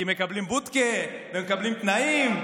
כי מקבלים בודקה ומקבלים תנאים,